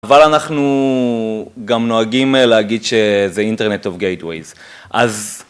אבל אנחנו גם נוהגים להגיד שזה אינטרנט אוף גייטוויז, אז...